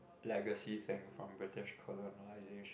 legacy thing from British colonisation